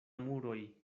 muroj